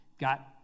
got